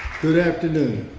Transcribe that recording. good afternoon.